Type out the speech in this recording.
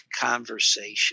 conversation